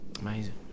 amazing